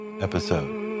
episode